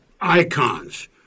icons